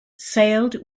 sailed